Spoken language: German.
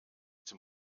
zum